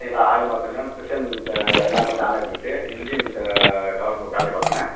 சரிங்களா ஆயில் மாற்றணும் பிஸ்டன் எல்லாமே ஜாம் ஆகிப் போச்சு இஞ்சின் கல கழட்டி பார்க்கணும்